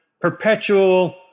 perpetual